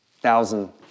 thousand